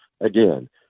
again